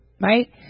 right